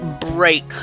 break